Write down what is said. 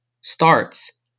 starts